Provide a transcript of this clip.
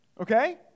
Okay